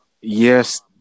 Yes